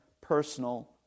personal